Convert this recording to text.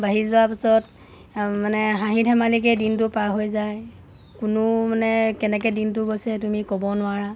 বাঢ়ি যোৱাৰ পিছত মানে হাঁহি ধেমালিকৈ দিনটো পাৰ হৈ যায় কোনো মানে কেনেকৈ দিনটো গৈছে তুমি ক'ব নোৱাৰা